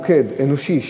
מוקד אנושי,